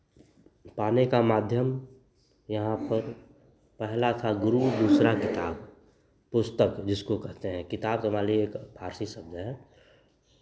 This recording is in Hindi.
पाने का माध्यम यहाँ पर पहला था गुरू दूसरा किताब पुस्तक जिसको कहते हैं किताब तो मान लीजिए एक फ़ारसी शब्द है